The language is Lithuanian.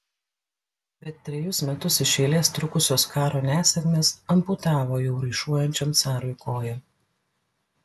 bet trejus metus iš eilės trukusios karo nesėkmės amputavo jau raišuojančiam carui koją